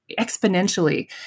exponentially